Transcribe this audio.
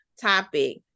topic